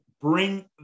bring